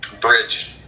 bridge